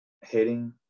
hitting